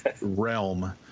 realm